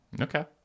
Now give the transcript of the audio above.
Okay